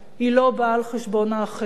לא באה על חשבון האחר,